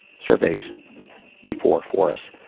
surveys before for us.